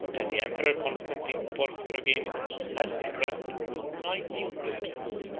and the emperor constantine porphyrogenitus has described, with minute diligence,